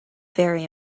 very